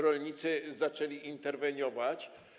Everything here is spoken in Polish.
Rolnicy zaczęli interweniować.